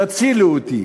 תצילי אותי,